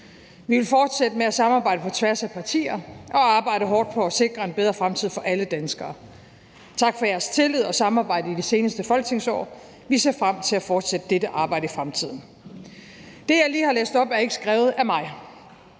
Vi vil fortsætte med at samarbejde på tværs af partier og arbejde hårdt for at sikre en bedre fremtid for alle danskere. Tak for jeres tillid og samarbejde i det seneste folketingsår. Vi ser frem til at fortsætte dette arbejde i fremtiden.« Det, jeg lige har læst op, er ikke skrevet af mig